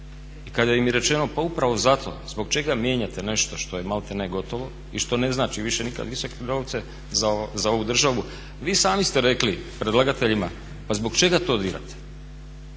i kada im je rečeno pa upravo zato, zbog čega mijenjate nešto što je maltene gotovo i što ne znači više nikad visoke novce za ovu državu vi sami ste rekli predlagateljima pa zbog čega to